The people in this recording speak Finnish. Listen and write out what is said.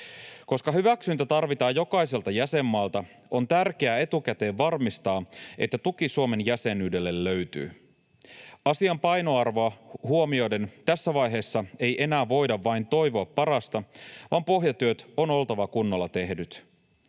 Koska hyväksyntä tarvitaan jokaiselta jäsenmaalta, on tärkeää etukäteen varmistaa, että tuki Suomen jäsenyydelle löytyy. Asian painoarvo huomioiden tässä vaiheessa ei enää voida vain toivoa parasta, vaan pohjatyöt on oltava kunnolla tehdyt.